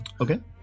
Okay